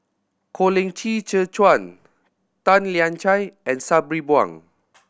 Colin Qi Zhe Quan Tan Lian Chye and Sabri Buang